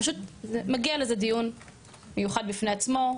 פשוט מגיע לזה דיון מיוחד בפני עצמו,